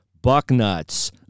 Bucknuts